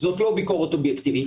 זאת לא ביקורת אובייקטיבית.